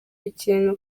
ikintu